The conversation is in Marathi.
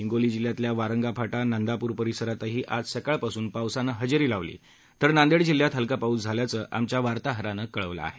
हिंगोली जिल्ह्यातल्या वारंगा फाटा नांदापूर परिसरातही आज सकाळपासून पावसाने हजेरी लावली तर नांदह्व जिल्ह्यातही हलका पाऊस झाल्याचं आमच्या वार्ताहरानं कळवलं आहे